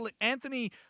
Anthony